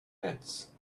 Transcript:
nets